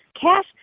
cash